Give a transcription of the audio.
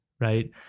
right